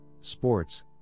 sports